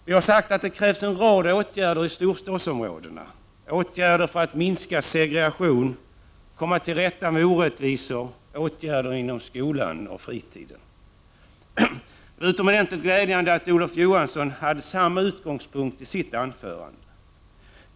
Vi har sagt att det krävs en rad åtgärder i storstadsområdena, åtgärder för att minska segregationen, komma till rätta med orättvisor, åtgärder inom skolan och för fritiden. Det är utomordentligt glädjande att Olof Johansson hade samma utgångspunkt för sitt anförande.